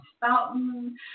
fountain